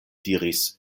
diris